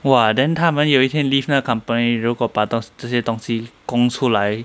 !wah! then 他们有一天会 leave 那个 company 如果把这些东西供出来